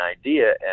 idea